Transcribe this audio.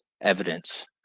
evidence